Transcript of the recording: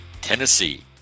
Tennessee